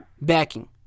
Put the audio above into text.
backing